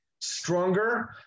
stronger